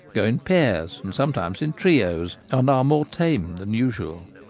go in pairs, and sometimes in trios, and are more tame than usual.